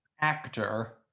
actor